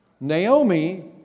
Naomi